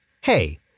Hey